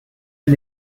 and